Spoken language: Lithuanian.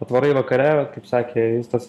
atvarai vakare kaip sakė justas